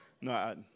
No